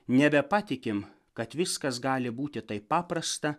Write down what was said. nebepatikim kad viskas gali būti taip paprasta